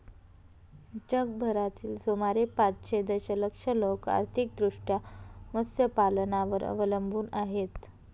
जगभरातील सुमारे पाचशे दशलक्ष लोक आर्थिकदृष्ट्या मत्स्यपालनावर अवलंबून आहेत